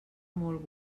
molt